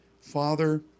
Father